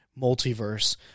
multiverse